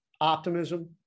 optimism